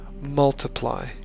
Multiply